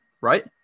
right